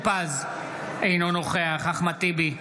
אינו נוכח אחמד טיבי,